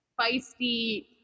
feisty